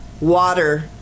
water